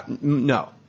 No